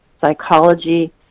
psychology